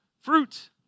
fruit